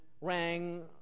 rang